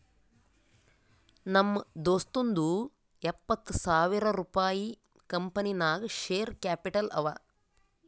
ನಮ್ ದೋಸ್ತುಂದೂ ಎಪ್ಪತ್ತ್ ಸಾವಿರ ರುಪಾಯಿ ಕಂಪನಿ ನಾಗ್ ಶೇರ್ ಕ್ಯಾಪಿಟಲ್ ಅವ